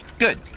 good!